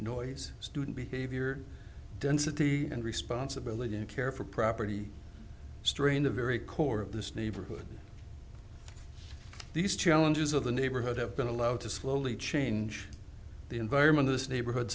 noise student behavior density and responsibility and care for property strain the very core of this neighborhood these challenges of the neighborhood have been allowed to slowly change the environment of this neighborhood